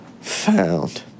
found